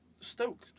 Stoke